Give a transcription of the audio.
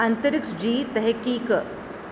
अंतरिक्ष जी तहक़ीक़